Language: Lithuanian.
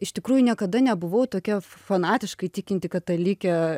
iš tikrųjų niekada nebuvau tokia fanatiškai tikinti katalikė